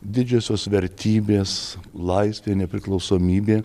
didžiosios vertybės laisvė nepriklausomybė